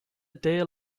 deal